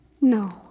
No